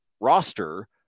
roster